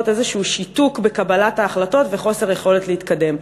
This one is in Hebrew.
איזשהו שיתוק בקבלת ההחלטות וחוסר יכולת להתקדם.